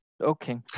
Okay